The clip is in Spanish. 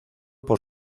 por